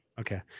Okay